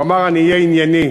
הוא אמר: אני אהיה ענייני.